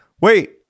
wait